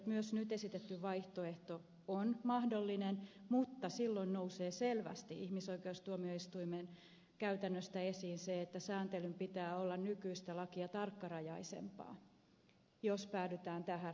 myös nyt esitetty vaihtoehto on mahdollinen mutta silloin nousee selvästi ihmisoikeustuomioistuimen käytännöstä esiin se että sääntelyn pitää olla nykyistä lakia tarkkarajaisempaa jos päädytään tähän ratkaisuun